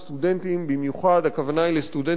במיוחד הכוונה היא לסטודנטים ערבים,